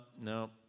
no